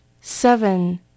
Seven